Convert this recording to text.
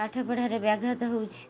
ପାଠ ପଢ଼ାରେ ବ୍ୟାଘାତ ହେଉଛି